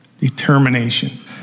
determination